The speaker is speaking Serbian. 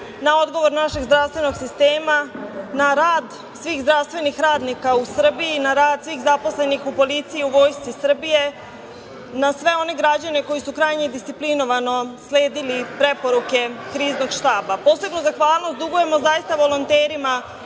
na odgovor našeg zdravstvenog sistema, na rad svih zdravstvenih radnika u Srbiji, na rad svih zaposlenih u Policiji i Vojsci Srbije, na sve one građane koji su krajnje disciplinovano sledili preporuke Kriznog štaba. Posebnu zahvalnost dugujemo zaista volonterima